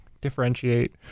differentiate